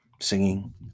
singing